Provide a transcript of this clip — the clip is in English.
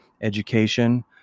education